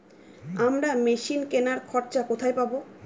আমরা মেশিন কেনার খরচা কোথায় পাবো?